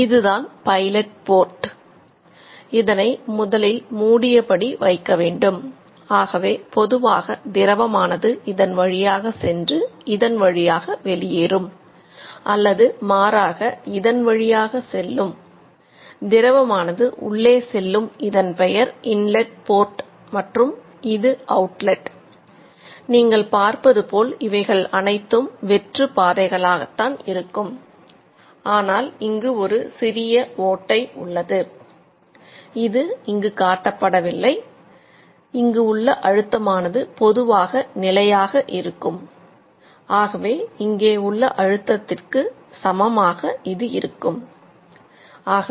இதுதான் pilot port பூஜ்யம் ஆகும்